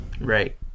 Right